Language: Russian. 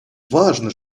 важно